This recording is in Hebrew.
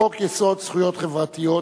חוק-יסוד: זכויות חברתיות,